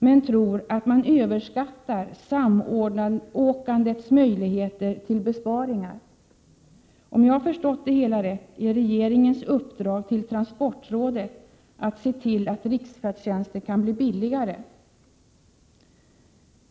Men jag tror att man överskattar samåkandets möjligheter till besparingar. Om jag förstått det hela rätt, är regeringens uppdrag till transportrådet att rådet skall se till att riksfärdtjänsten kan bli billigare.